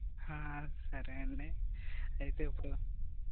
హా సరే అండీ అయితే ఇప్పుడు